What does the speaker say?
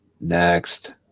Next